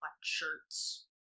shirts